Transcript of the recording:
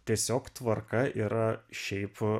tiesiog tvarka yra šiaip